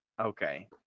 okay